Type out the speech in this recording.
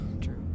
True